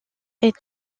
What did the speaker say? est